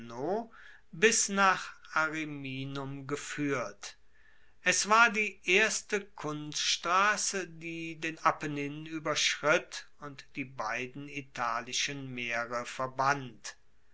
bis nach ariminum gefuehrt es war die erste kunststrasse die den apennin ueberschritt und die beiden italischen meere verband